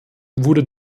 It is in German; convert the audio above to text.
wurde